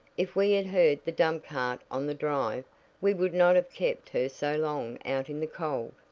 if we had heard the dump-cart on the drive we would not have kept her so long out in the cold.